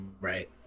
right